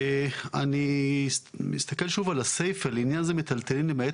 אני מסתכל שוב על הסיפה - "לעניין זה מיטלטלין למעט